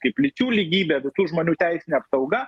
kaip lyčių lygybė visų žmonių teisinė apsauga